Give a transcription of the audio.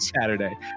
Saturday